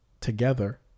together